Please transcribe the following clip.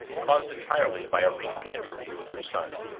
caused entirely by a recent interview with her son.